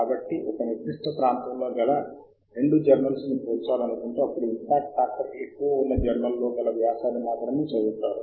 మరియు మీరు ఈ వర్గీకరణలను అతి తక్కువ అనులేఖనాలగా అంటే సున్నాగా ఉంచడం ద్వారా ఎగువ నుండి తిప్పవచ్చు ఎందుకంటే ఇది సూచించబడిన లేదా విస్మరించబడిన ప్రచురణలు ఏమిటో మీకు చూపుతుంది